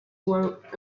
wrote